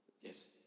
Yes